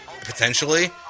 potentially